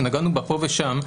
שנגענו בה פה ושם,